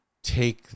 take